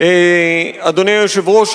אדוני היושב-ראש,